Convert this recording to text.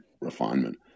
refinement